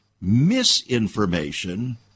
misinformation